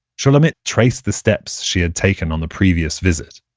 shulamit traced the steps she had taken on the previous visit,